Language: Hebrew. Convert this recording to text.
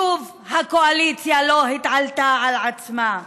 שוב הקואליציה לא התעלתה על עצמה,